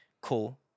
cool